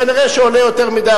כנראה עולה יותר מדי,